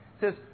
says